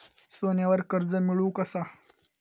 सोन्यावर कर्ज मिळवू कसा?